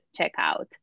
checkout